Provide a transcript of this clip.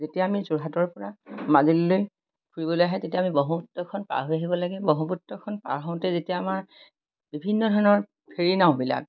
যেতিয়া আমি যোৰহাটৰ পৰা মাজুলীলৈ ফুৰিবলৈ আহে তেতিয়া আমি বহুপুত্ৰখন পাৰ হৈ আহিব লাগে বহুপুত্ৰখন পাৰ হওঁতে যেতিয়া আমাৰ বিভিন্ন ধৰণৰ ফেৰি নাওবিলাক